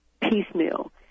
piecemeal